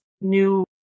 new